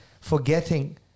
forgetting